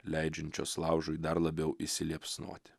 leidžiančios laužui dar labiau įsiliepsnoti